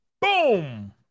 Boom